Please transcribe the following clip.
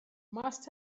must